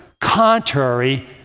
contrary